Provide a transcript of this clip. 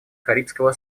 карибского